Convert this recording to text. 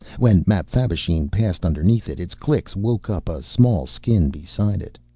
when mapfabvisheen passed underneath it, its clicks woke up a small skin beside it.